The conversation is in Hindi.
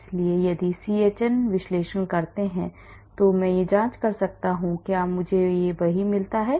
इसलिए यदि सीएचएन विश्लेषण करते हैं तो मैं यह जांच कर सकता हूं कि क्या मुझे वही मिलता है